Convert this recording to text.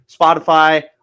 Spotify